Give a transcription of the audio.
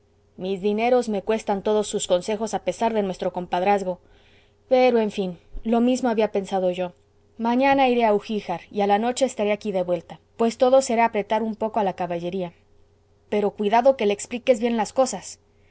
mis dineros me cuestan todos sus consejos a pesar de nuestro compadrazgo pero en fin lo mismo había pensado yo mañana iré a ugíjar y a la noche estaré aquí de vuelta pues todo será apretar un poco a la caballería pero cuidado que le expliques bien las cosas